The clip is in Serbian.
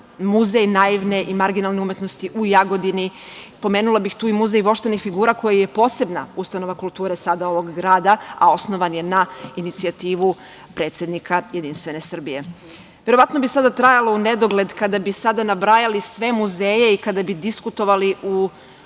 Muzej naivne i marginalne umetnosti u Jagodini. Pomenula bih tu i Muzej voštanih figura, koji je posebna ustanova kulture sada, ovog grada, a osnovan je na inicijativu predsednika JS.Verovatno bi trajalo u nedogled kada bi nabrajali sve muzeje i kada bi diskutovali u